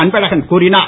அன்பழகன் கூறினார்